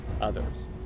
others